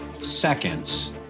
seconds